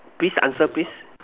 please answer please